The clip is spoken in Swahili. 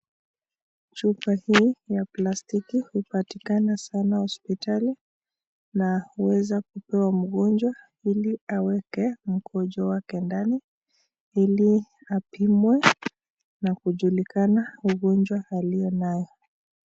Chupa hii ya plastiki hupatikani sana hospitali na huweza kupewa mgonjwa ili aweke mkojo wake ndani ili apimwe na kujulikana ugonjwa aliyo nayo.